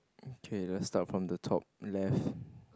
K let's start from the top left